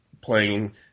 playing